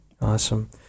Awesome